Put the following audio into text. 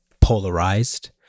polarized